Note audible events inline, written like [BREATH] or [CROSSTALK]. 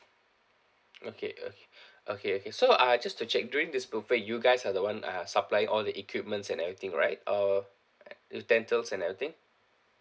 okay okay [BREATH] okay okay so uh just to check during this buffet you guys are the one uh supply all the equipments and everything right uh utensils and everything